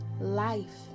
Life